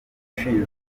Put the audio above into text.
ushinzwe